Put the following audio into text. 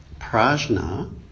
Prajna